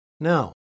Now